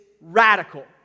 radical